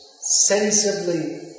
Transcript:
sensibly